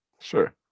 Sure